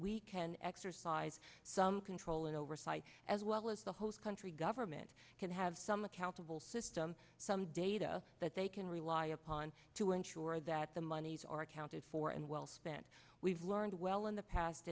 we can exercise some control and oversight as well as the host country government can have some accountable system some data that they can rely upon to ensure that the monies are accounted for and well spent we've learned well in the past